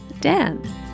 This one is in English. Dan